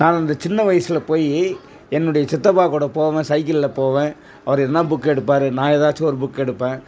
நான் இந்த சின்ன வயசுல போய் என்னுடைய சித்தப்பா கூட போவேன் சைக்கிளில் போவேன் அவர் என்ன புக் எடுப்பாரு நான் ஏதாச்சும் ஒரு புக் எடுப்பேன்